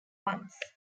once